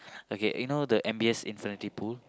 okay you know the M_B_S infinity pool